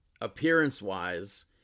Appearance-wise